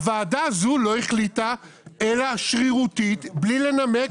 הוועדה הזו לא החליטה אלא שרירותית בלי לנמק